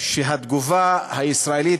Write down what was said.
שהתגובה הישראלית